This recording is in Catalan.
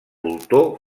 voltor